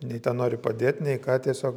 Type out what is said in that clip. nei ten nori padėti nei ką tiesiog